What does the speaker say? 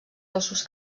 gossos